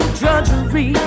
drudgery